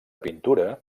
pintura